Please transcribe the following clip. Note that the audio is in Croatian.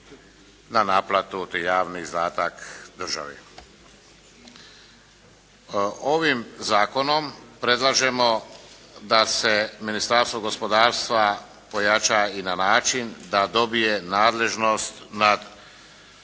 na naplatu … izdatak državi. Ovim zakonom predlažemo da se Ministarstvo gospodarstva pojača i na način da dobije nadležnost nad